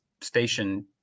station